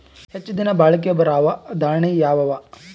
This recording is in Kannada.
ಹೆಚ್ಚ ದಿನಾ ಬಾಳಿಕೆ ಬರಾವ ದಾಣಿಯಾವ ಅವಾ?